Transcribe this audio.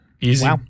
easy